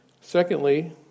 Secondly